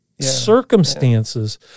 circumstances